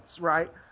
right